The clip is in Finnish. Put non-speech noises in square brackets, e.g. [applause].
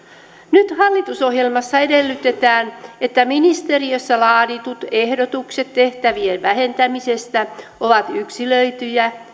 nyt hallitusohjelmassa edellytetään että ministeriössä laaditut ehdotukset tehtävien vähentämisestä ovat yksilöityjä [unintelligible]